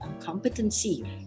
competency